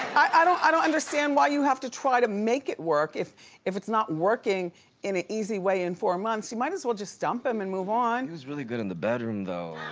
i don't i don't understand why you have to try to make it work. if if it's not working in an easy way in four months, you might as well just dump him and move on. he was really good in the bedroom though.